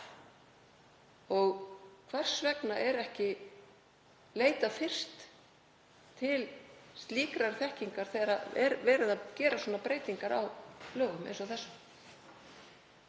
Hvers vegna er ekki leitað fyrst til slíkrar þekkingar þegar gerðar eru breytingar á lögum eins og þessum?